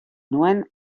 nuen